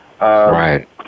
Right